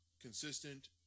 consistent